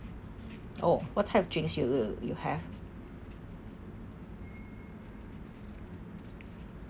oh what type of drinks you you you have